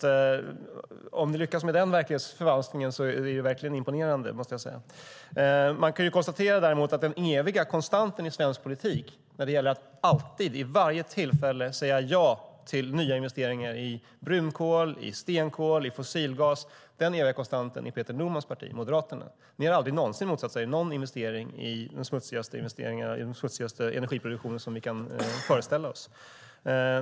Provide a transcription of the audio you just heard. Om ni lyckas med den verklighetsförvanskningen är det verkligen imponerande, måste jag säga. Man kan däremot konstatera att den eviga konstanten i svensk politik när det gäller att alltid, vid varje tillfälle, säga ja till nya investeringar i brunkol, i stenkol och i fossilgas är Peter Normans parti Moderaterna. Ni har aldrig någonsin motsatt er någon investering i den smutsigaste energiproduktion som vi kan föreställa oss.